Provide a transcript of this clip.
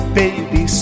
baby